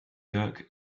dirk